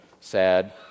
sad